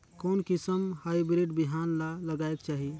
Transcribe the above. कोन किसम हाईब्रिड बिहान ला लगायेक चाही?